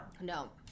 No